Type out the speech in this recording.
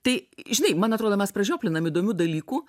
tai žinai man atrodo mes pražioplinam įdomių dalykų